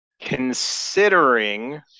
Considering